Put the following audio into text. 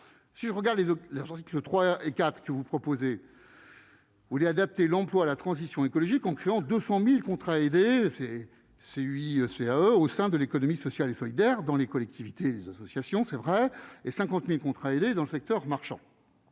si on regarde les le revendique le 3 et 4 que vous proposez. Vous vouliez adapter l'emploi, la transition écologique, créant 200000 contrats aidés, c'est c'est lui CAE au sein de l'économie sociale et solidaire dans les collectivités, les associations, c'est vrai, et 50000 contrats aidés dans le secteur marchand.